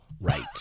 Right